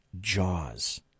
jaws